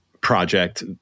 project